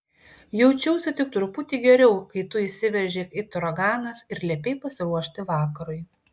jaučiausi tik truputį geriau kai tu įsiveržei it uraganas ir liepei pasiruošti vakarui